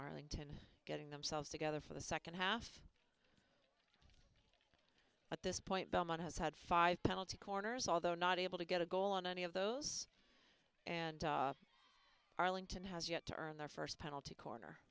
arlington getting themselves together for the second half at this point belmont has had five penalty corners although not able to get a goal on any of those and arlington has yet to earn their first penalty corner